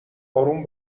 آروم